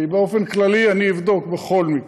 כי באופן כללי אבדוק בכל מקרה.